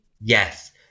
Yes